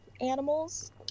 animals